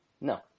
No